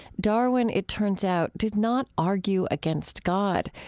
darwin, it turns out, did not argue against god,